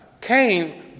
Cain